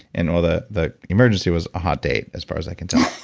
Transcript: and, oh, the the emergency was a hot date, as far as i can tell.